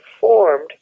formed